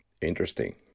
Interesting